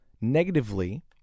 negatively